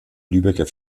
lübecker